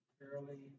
early